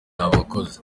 abakozi